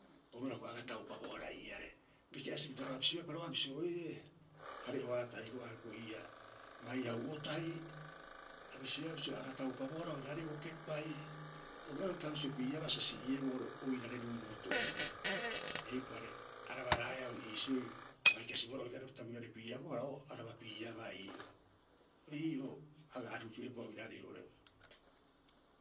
Oru hioko'i a aga taupabohara ii are, biki'asipita roga'a bisioepa roga'a bisio ee, hare'ohaa tahi rogaa hioko'i ii'aa, bai hau'o tahi. A bisioea bisio a aga taupabohara oiraarei bo kepai. Oru oira utaha'a bisio piiabaa sa si'ieboo oo'ore oirare ruuruuto'ebuu. Eipare, arabaraeaa ori iisioi, a bai kasibohara oiraarei o tabirioarei piiabohara, o araba piiabaa ii'oo. Ori ii'oo a aga aripupi'eupa oiraarei oo'ore.